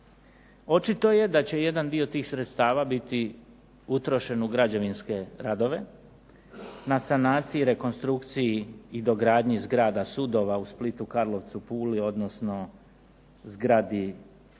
Očito je da će jedan dio tih sredstava biti utrošen u građevinske radove na sanaciji i rekonstrukciji i dogradnji zgrada sudova u Splitu, Karlovcu, Puli odnosno zgradi Državnog